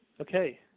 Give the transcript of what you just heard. Okay